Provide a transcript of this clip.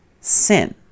sin